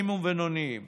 ובינוניים